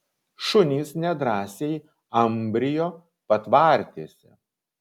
šunys nedrąsiai ambrijo patvartėse